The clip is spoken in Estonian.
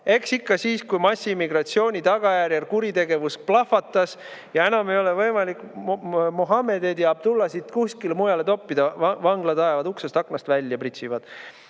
Eks ikka siis, kui massiimmigratsiooni tagajärjel kuritegevus plahvatas ja enam ei ole võimalik Mohammedeid ja Abdullah'sid kuskile mujale toppida. Vanglad ajavad üle, pritsivad